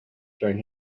during